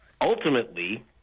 ultimately